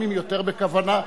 לפעמים יותר בכוונה.